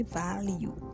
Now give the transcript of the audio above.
value